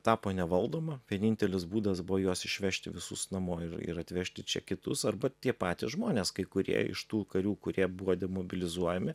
tapo nevaldoma vienintelis būdas buvo juos išvežti visus namo ir ir atvežti čia kitus arba tie patys žmonės kai kurie iš tų karių kurie buvo demobilizuojami